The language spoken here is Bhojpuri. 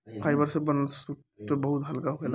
फाइबर से बनल सुइटर बहुत हल्का होखेला